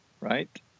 right